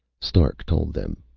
stark told them,